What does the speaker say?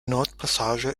nordpassage